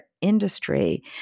industry